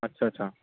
అచ్చచ్చా